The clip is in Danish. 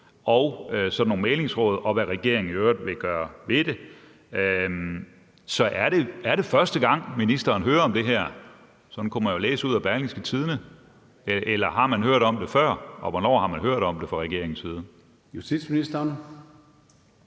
og sådan nogle mæglingsråd og om, hvad regeringen i øvrigt vil gøre ved det. Så er det første gang, ministeren hører om det her? Sådan kunne man jo læse det ud af Berlingske Tidende. Eller har man hørt om det før, og hvornår har man fra regeringens side hørt om det? Kl.